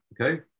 Okay